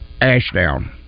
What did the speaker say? Ashdown